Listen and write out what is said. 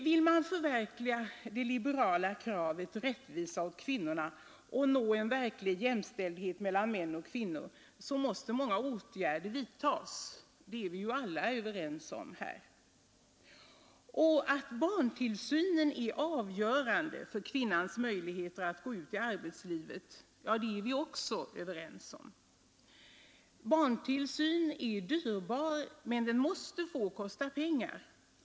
Vill man förverkliga det liberala kravet ”rättvisa åt kvinnorna” och nå en verklig jämställdhet mellan män och kvinnor, så måste många åtgärder vidtas, det är vi ju alla överens om här. Att barntillsynen är avgörande för igheter att gå ut i arbetslivet är vi också överens om. Barntillsyn är ju dyrbar, men den måste få kosta pengar.